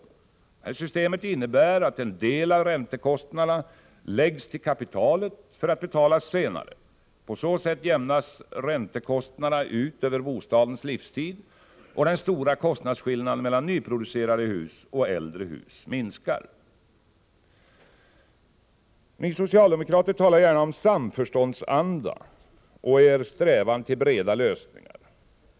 Detta system innebär att en del av räntekostnaderna läggs till kapitalet för att betalas senare. På så sätt jämnas räntekostnaderna ut över bostadens livstid, och den stora kostnadsskillnaden mellan nyproducerade hus och äldre hus minskar. Ni socialdemokrater talar gärna om er ”samförståndsanda” och er strävan till breda lösningar.